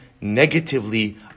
negatively